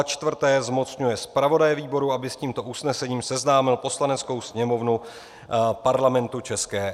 4. zmocňuje zpravodaje výboru, aby s tímto usnesením seznámil Poslaneckou sněmovnu Parlamentu ČR.